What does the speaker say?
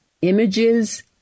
images